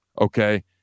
okay